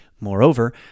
Moreover